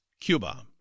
cuba